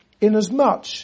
inasmuch